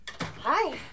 Hi